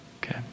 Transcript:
okay